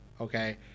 Okay